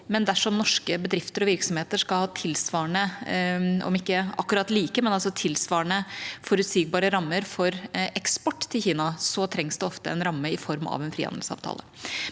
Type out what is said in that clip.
dersom norske bedrifter og virksomheter skal ha om ikke akkurat like, men tilsvarende forutsigbare rammer for eksport til Kina, så trengs det ofte en ramme i form av en frihandelsavtale.